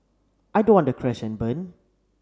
I don't want to crash and burn